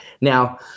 Now